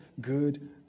good